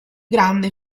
grande